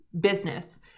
business